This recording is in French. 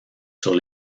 sur